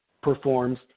performs